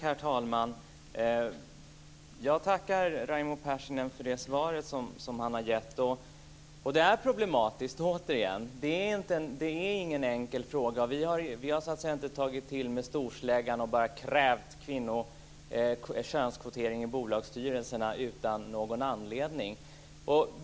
Herr talman! Jag tackar Raimo Pärssinen för det svaret. Återigen: Det här är problematiskt. Det är ingen enkel fråga. Vi har dock inte tagit till med storsläggan och krävt könskvotering i bolagsstyrelserna utan anledning.